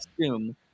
assume